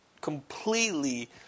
completely